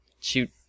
Shoot